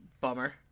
Bummer